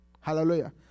Hallelujah